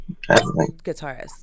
Guitarist